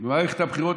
במערכת הבחירות,